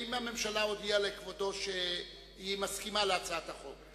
האם הממשלה הודיעה לכבודו שהיא מסכימה להצעת החוק?